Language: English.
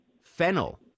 Fennel